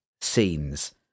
scenes